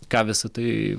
ką visa tai